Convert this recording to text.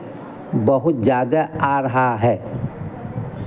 बहुत ज़्यादा आ रहा है